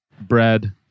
bread